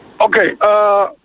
Okay